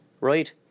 Right